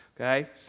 Okay